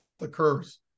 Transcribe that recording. occurs